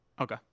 Okay